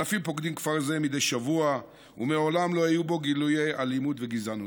אלפים פוקדים כפר זה מדי שבוע ומעולם לא היו בו גילויי אלימות וגזענות.